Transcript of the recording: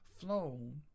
flown